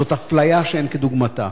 זאת אפליה שאין כדוגמתה.